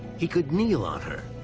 he could kneel on her,